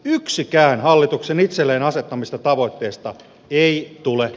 yksikään hallituksen itselleen asettamista tavoitteista ei tule